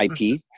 IP